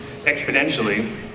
exponentially